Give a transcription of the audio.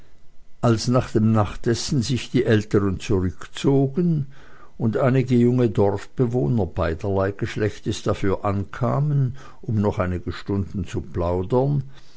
als nach dem nachtessen sich die älteren zurückgezogen und einige junge dorfbewohner beiderlei geschlechtes dafür ankamen um noch einige stunden zu plaudern